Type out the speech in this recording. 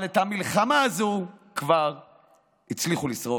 אבל את המלחמה הזאת כבר לא הצליחו לשרוד.